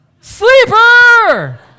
Sleeper